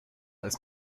als